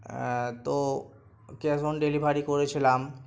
তো cash on delivery করেছিলাম